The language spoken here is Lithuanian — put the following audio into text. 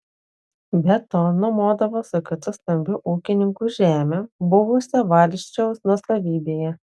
be to nuomodavo su kitu stambiu ūkininku žemę buvusią valsčiaus nuosavybėje